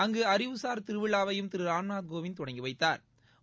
அங்கு அறிவுசாா் திருவிழாவை யும் திரு ராம்நாத் கோவிந்த் தொடங்கி வைத்தாா்